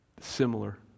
similar